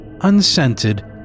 unscented